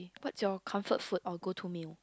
what's your comfort food or go to meal